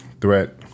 threat